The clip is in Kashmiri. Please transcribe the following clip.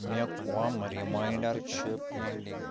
مےٚ کٕم ریماینڈر چھِ پینڈِنگ ؟